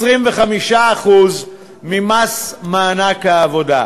25% ממס מענק העבודה.